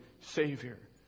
Savior